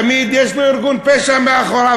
תמיד יש לו ארגון פשע מאחוריו,